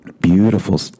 Beautiful